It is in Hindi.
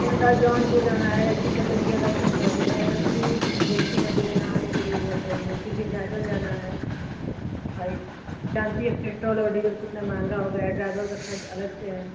ये बताओ जौनपुर जाना है सिपला चौकिया दर्शन करने है फ़िर गोमती नदी में नहाने के लिए बोल रही हो फिर विंध्याचल जाना है भाई जानती हो पेट्रोल और डीजल कितना महँगा हो गया है ड्राइबर का खर्च अलग से है